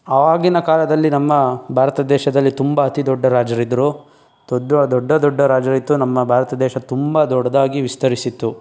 ಆವಾಗಿನ ಕಾಲದಲ್ಲಿ ನಮ್ಮ ಭಾರತ ದೇಶದಲ್ಲಿ ತುಂಬ ಅತಿ ದೊಡ್ಡ ರಾಜರಿದ್ದರೂ ದೊಡ್ಡ ದೊಡ್ಡ ದೊಡ್ಡ ರಾಜರಿದ್ದು ನಮ್ಮ ಭಾರತ ದೇಶ ತುಂಬ ದೊಡ್ಡದಾಗಿ ವಿಸ್ತರಿಸಿತ್ತು